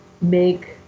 make